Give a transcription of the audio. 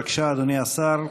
בבקשה, אדוני השר.